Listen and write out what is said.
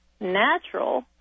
natural